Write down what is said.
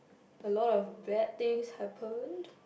a lot of bad things happened